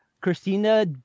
Christina